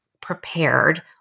prepared